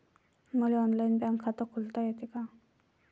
मले online bank खात खोलता येते का?